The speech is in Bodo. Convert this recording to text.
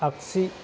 आगसि